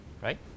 right